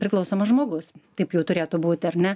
priklausomas žmogus taip jau turėtų būti ar ne